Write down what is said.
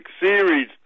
series